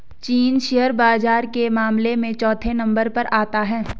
चीन शेयर बाजार के मामले में चौथे नम्बर पर आता है